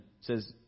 says